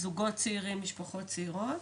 זוגות צערים ומשפחות צעירות.